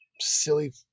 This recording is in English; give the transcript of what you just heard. silly